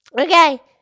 Okay